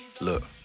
Look